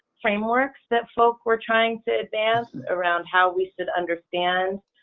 frameworks that folk were trying to advance and around how we should understand